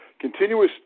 Continuous